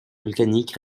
volcaniques